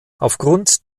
aufgrund